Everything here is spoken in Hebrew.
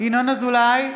ינון אזולאי,